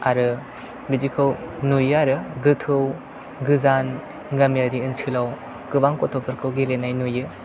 आरो बिदिखौ नुयो आरो गोथौ गोजान गामियारि ओनसोलाव गोबां गथ'फोरखौ गेलेनाय नुयो